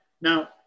Now